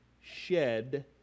shed